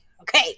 okay